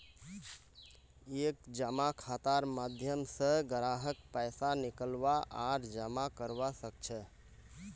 एक जमा खातार माध्यम स ग्राहक पैसा निकलवा आर जमा करवा सख छ